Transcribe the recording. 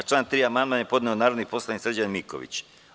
Na član 3. amandman je podnela narodni poslanik Srđan Miković.